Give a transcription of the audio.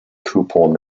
coupon